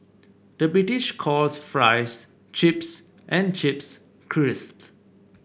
the British calls fries chips and chips crisps